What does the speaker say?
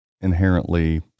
inherently